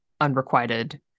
unrequited